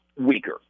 weaker